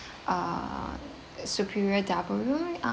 err superior double room